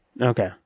Okay